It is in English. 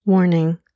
Warning